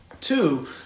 Two